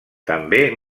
també